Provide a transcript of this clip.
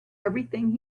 everything